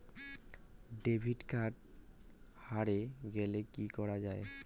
Credit card হারে গেলে কি করা য়ায়?